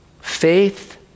Faith